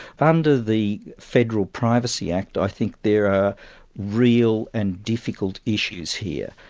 under the federal privacy act, i think there are real and difficult issues here,